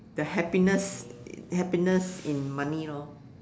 the happiness happiness in money lor